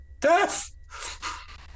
Death